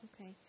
Okay